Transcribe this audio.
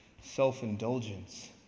self-indulgence